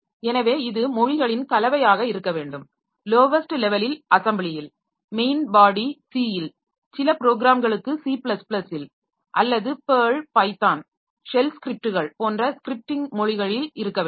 எனவே இது மொழிகளின் கலவையாக இருக்க வேண்டும் லாேவஸ்ட் லெவலில் அசெம்பிளியில் மெயின் பாடி C ல் சில ப்ரோக்ராம்களுக்கு C ல் அல்லது PerlPython ஷெல் ஸ்கிரிப்டுகள் போன்ற ஸ்கிரிப்டிங் மொழிகளில் இருக்க வேண்டும்